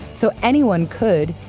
so anyone could,